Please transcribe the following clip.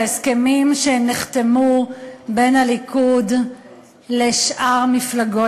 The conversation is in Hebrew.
ההסכמים שנחתמו בין הליכוד לשאר מפלגות